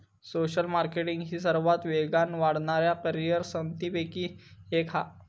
social marketing ही सर्वात वेगान वाढणाऱ्या करीअर संधींपैकी एक हा